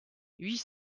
huit